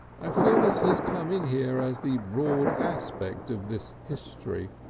i feel this has come in here as the broad aspect of this history.